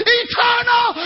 eternal